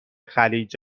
خلیج